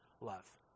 love